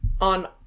on